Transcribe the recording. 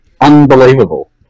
unbelievable